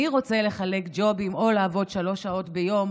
אני רוצה לחלק ג'ובים או לעבוד שלוש שעות ביום,